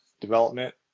development